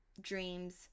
dreams